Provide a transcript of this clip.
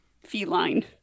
feline